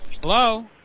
Hello